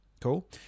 Cool